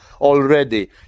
already